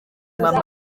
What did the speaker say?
mama